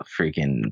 freaking